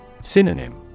Synonym